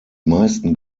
meisten